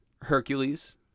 Hercules